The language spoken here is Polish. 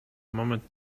moment